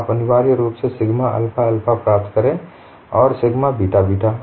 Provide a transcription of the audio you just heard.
आप अनिवार्य रूप से सिग्मा अल्फा अल्फा प्राप्त करें और सिग्मा बीटा बीटा